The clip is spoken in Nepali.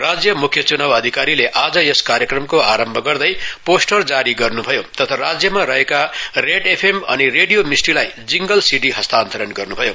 राज्य मुख्य चुनाउ अधिकारीले आज यस कार्यक्रमको आरम्भ गर्दै पोस्टर जारी गर्नु भयो तथा राज्यमा रहेका रेड एफएम अनि रेडियो मिस्टीलाई जिंगल सीडी हस्तान्तरण गर्नु भयो